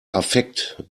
affekt